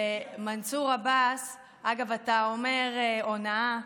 ומנסור עבאס, אגב, אתה אומר הונאה,